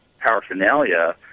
paraphernalia